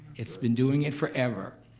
it's been doing it forever.